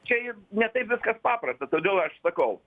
čia ir ne taip viskas paprasta todėl aš sakau